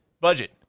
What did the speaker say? Budget